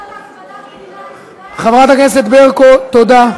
החזון להשמדת מדינת ישראל, חברת הכנסת ברקו, תודה.